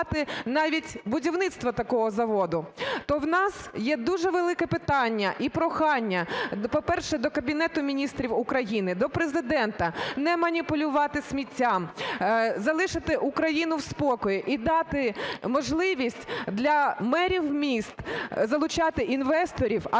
навіть будівництво такого заводу. То в нас є дуже велике питання і прохання, по-перше, до Кабінету Міністрів України, до Президента не маніпулювати сміттям, залишити Україну в спокої і дати можливість для мерів міст залучати інвесторів, а також